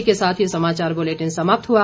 इसी के साथ ये समाचार बुलेटिन समाप्त हुआ